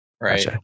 right